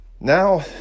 Now